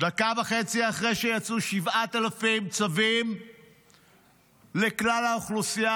דקה וחצי אחרי שיצאו 7,000 צווים לכלל האוכלוסייה